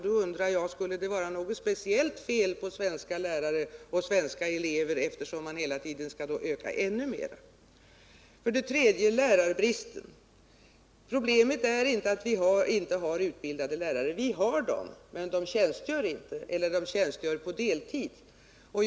Då undrar jag om det är något speciellt fel på svenska lärare och elever, eftersom man vili öka personaltätheten ännu mera. När det gäller lärarbristen är inte problemet att vi inte har utbildade lärare. Vi har sådana men de tjänstgör inte, eller också tjänstgör de bara på deltid.